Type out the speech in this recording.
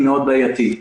זה בעייתי מאוד.